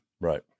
Right